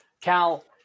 Cal